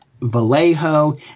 Vallejo